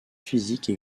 physique